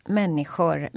människor